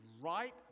right